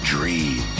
Dream